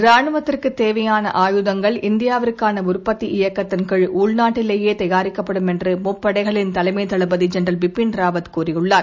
ராணுவத்திற்கு தேவையான ஆயுதங்கள் இந்தியாவுக்கான உற்பத்தி இயக்கத்தின்கீழ் உள்நாட்டிலேயே தயாரிக்கப்படும் என்று முப்படைகளின் தலைமைத் தளபதி ஜென்ரல் பிபின் ராவத் கூறியுள்ளார்